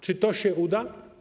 Czy to się uda?